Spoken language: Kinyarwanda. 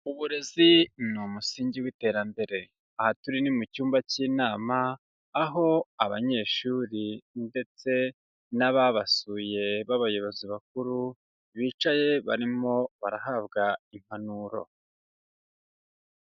Uburezi ni umusingi w'iterambere. Aha turi ni mu cyumba cy'inama, aho abanyeshuri ndetse n'ababasuye b'abayobozi bakuru, bicaye barimo barahabwa impanuro.